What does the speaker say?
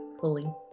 fully